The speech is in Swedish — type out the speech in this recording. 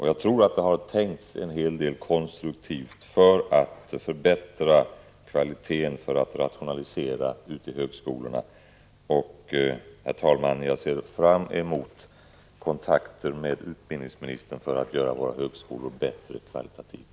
Jag tror att man har tänkt en hel del konstruktivt för att förbättra kvaliteten och för att rationalisera ute i högskolorna. Herr talman! Jag ser fram emot kontakter med utbildningsministern för att göra våra högskolor bättre kvalitativt.